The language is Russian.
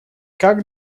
как